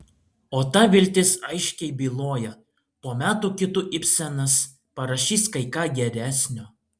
o ta viltis aiškiai byloja po metų kitų ibsenas parašys kai ką geresnio